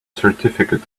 certificate